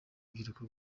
urubyiruko